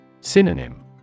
Synonym